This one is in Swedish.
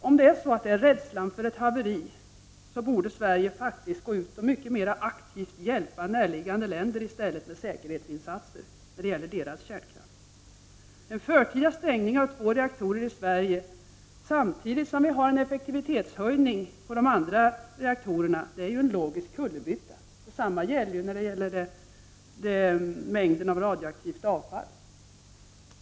Om den beror på rädslan för ett haveri, borde Sverige faktiskt mycket mer aktivt hjälpa närliggande länder med säkerhetsinsatser när det gäller deras kärnkraft. En förtida stängning av två reaktorer i Sverige samtidigt som vi har en effektivitetshöjning på de andra reaktorerna innebär ju att man gör en logisk kullerbytta. Detsamma gäller i fråga om mängden av radioaktivt avfall.